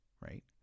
right